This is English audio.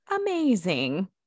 Amazing